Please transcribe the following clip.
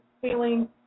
feeling